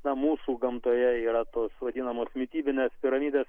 na mūsų gamtoje yra tos vadinamos mitybinės piramidės